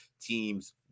teams